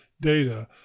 data